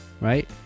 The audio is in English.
right